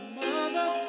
mother